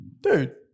dude